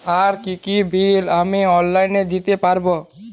আর কি কি বিল আমি অনলাইনে দিতে পারবো?